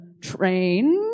train